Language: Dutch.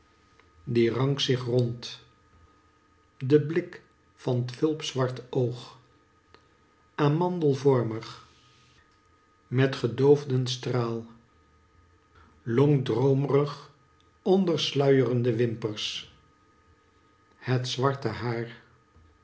die rank zich rondt de blik van t fulp zwart oog amandelvormig met gedoofden straal lonkt droomrig onder sluyerende wimpers het zwarte hair